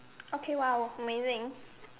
okay !wow! amazing